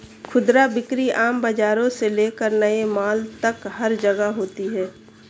खुदरा बिक्री आम बाजारों से लेकर नए मॉल तक हर जगह होती है